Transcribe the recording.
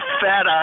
fat